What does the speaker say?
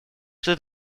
что